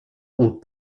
ont